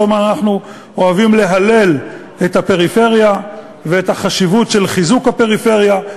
כל הזמן אנחנו אוהבים להלל את הפריפריה ואת החשיבות של חיזוק הפריפריה,